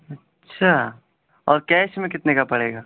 اچھا اور کیش میں کتنے کا پڑے گا